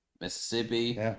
Mississippi